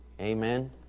amen